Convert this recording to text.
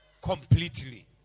completely